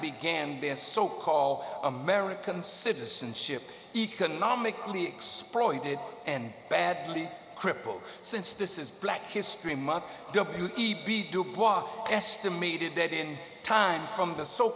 began their so call american citizenship economically exploited and badly crippled since this is black history month w e b dubois estimated that in time from the so